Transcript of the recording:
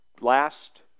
last